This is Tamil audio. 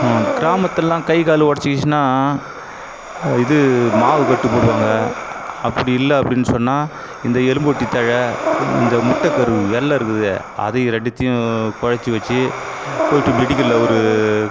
கிராமத்துலெல்லாம் கை கால் உடச்சுக்கிச்சுன்னா இது மாவு கட்டு போடுவாங்க அப்படி இல்லை அப்படின்னு சொன்னால் இந்த எலும்பு உருட்டி தழை இந்த இந்த முட்டை கரு வெள்ளை இருக்குதே அது ரெண்டுத்தையும் குழச்சி வச்சு போய்விட்டு மெடிக்கலில் ஒரு